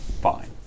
Fine